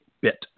bit